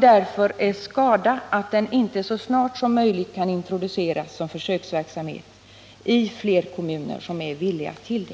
Därför är det skada att den inte så snart som möjligt kan introduceras som försöksverksamhet i flera kommuner som är villiga till detta.